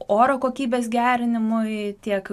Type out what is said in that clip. oro kokybės gerinimui tiek